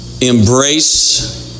embrace